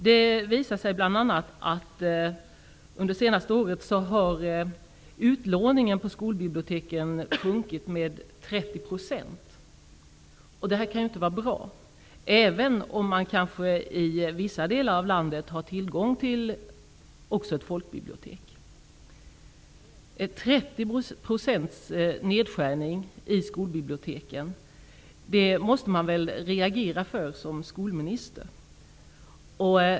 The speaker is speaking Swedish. Det har bl.a. visat sig att utlåningen på skolbiblioteken under det senaste året har sjunkit med 30 %. Det kan ju inte vara bra, även om man kanske i vissa delar av landet också har tillgång till ett folkbibliotek. En 30-procentig nedskärning i skolbiblioteken måste man väl som skolminister reagera på.